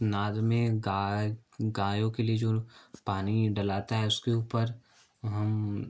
नदी में गाय गायों के लिए जो पानी डलाता है उसके ऊपर हम